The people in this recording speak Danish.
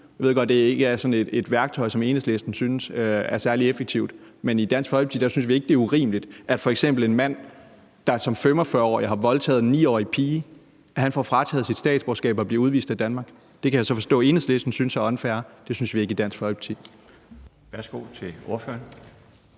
Jeg ved godt, at det ikke er sådan et værktøj, som Enhedslisten synes er særlig effektivt, men i Dansk Folkeparti synes vi ikke, det er urimeligt, at f.eks. en mand, der som 45-årig har voldtaget en 9-årig pige, får frataget sit statsborgerskab og bliver udvist af Danmark. Det kan jeg så forstå at Enhedslisten synes er unfair. Det synes vi ikke i Dansk Folkeparti.